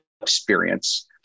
experience